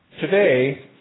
Today